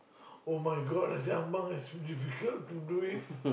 [oh]-my-God Nasi-Ambeng is difficult to do it